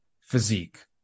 physique